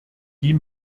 die